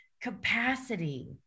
capacity